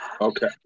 Okay